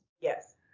Yes